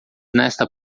nesta